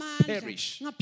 perish